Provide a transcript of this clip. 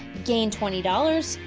gain twenty dollars,